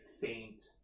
faint